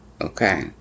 Okay